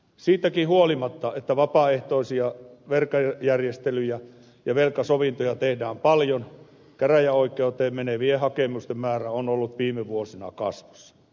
siitäkin huolimatta että vapaaehtoisia velkajärjestelyjä ja velkasovintoja tehdään paljon käräjäoikeuteen menevien hakemusten määrä on ollut viime vuosina kasvussa